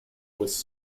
was